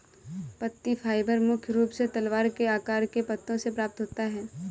पत्ती फाइबर मुख्य रूप से तलवार के आकार के पत्तों से प्राप्त होता है